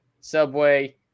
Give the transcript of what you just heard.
Subway